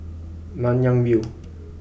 Nanyang View